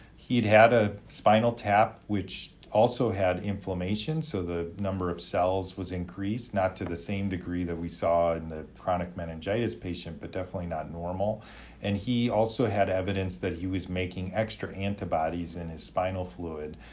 he'd had a spinal tap, which also had inflammation, so the number of cells was increased, not to the same degree that we saw in the chronic meningitis patient, but definitely not normal and he also had evidence that he was making extra antibodies in his spinal fluid